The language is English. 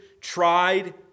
tried